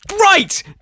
Right